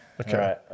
Okay